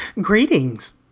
Greetings